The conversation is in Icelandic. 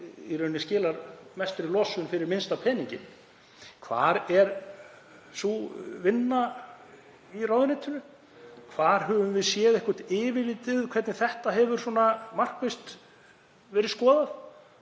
í rauninni skilar mestri losun fyrir minnsta peninginn. Hvar er sú vinna í ráðuneytinu? Hvar höfum við séð eitthvert yfirlit yfir hvernig þetta hefur markvisst verið skoðað?